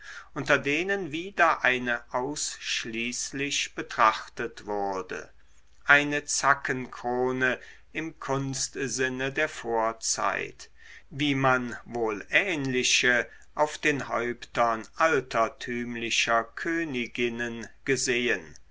unter denen wieder eine ausschließlich betrachtet wurde eine zackenkrone im kunstsinne der vorzeit wie man wohl ähnliche auf den häuptern altertümlicher königinnen gesehen